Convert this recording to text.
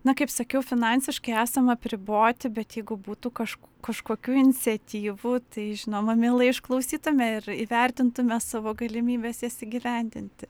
na kaip sakiau finansiškai esam apriboti bet jeigu būtų kaš kažkokių iniciatyvų tai žinoma mielai išklausytume ir įvertintume savo galimybes jas įgyvendinti